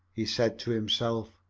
he said to himself.